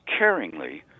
caringly